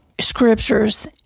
scriptures